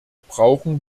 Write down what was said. brauchen